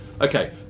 Okay